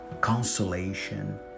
consolation